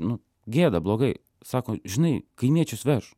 nu gėda blogai sako žinai kaimiečius veš